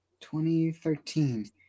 2013